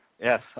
Yes